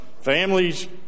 families